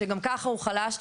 שגם ככה הוא חלש,